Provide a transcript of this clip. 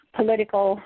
political